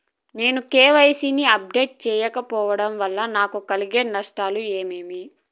నేను నా కె.వై.సి ని అప్డేట్ సేయకపోవడం వల్ల నాకు కలిగే నష్టాలు ఏమేమీ?